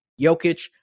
Jokic